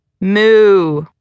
Moo